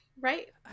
Right